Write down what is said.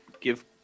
give